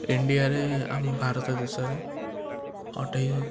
ଇଣ୍ଡିଆରେ ଆମ ଭାରତ ଦେଶରେ ଅଠେଇ